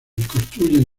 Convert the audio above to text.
construyen